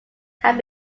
have